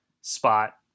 spot